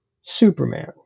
Superman